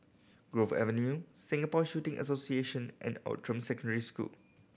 Grove Avenue Singapore Shooting Association and Outram Secondary School